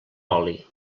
oli